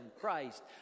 Christ